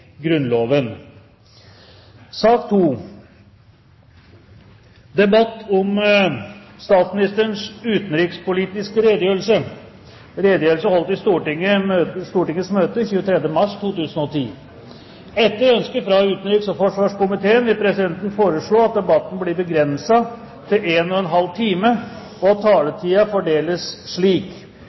Grunnloven. Etter ønske fra utenriks- og forsvarskomiteen vil presidenten foreslå at debatten blir begrenset til 1 time og 30 minutter, og at taletiden fordeles slik: